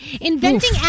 Inventing